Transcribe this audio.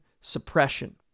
suppression